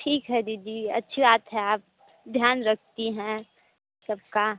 ठीक है दीदी अच्छी बात है आप ध्यान रखती हैं सबका